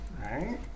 Right